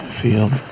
field